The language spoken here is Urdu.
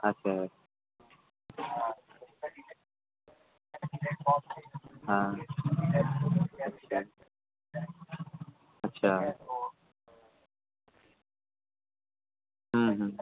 اچھا ہاں اچھا ہوں ہوں